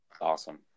Awesome